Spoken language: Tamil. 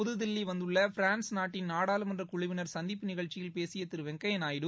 புத்தில்லி வந்துள்ள பிரான்ஸ் நாட்டின் நாடாளுமன்ற குழுவினர் சந்திப்பு நிகழ்ச்சியில் பேசிய திரு வெங்கய்யா நாயுடு